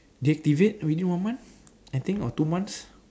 deactivate within one month I think or two months